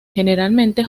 generalmente